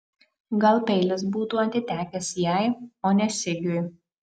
gal peilis būtų atitekęs jai o ne sigiui